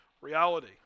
reality